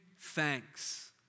thanks